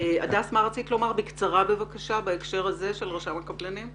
מה רצית לומר בהקשר של רשם הקבלנים?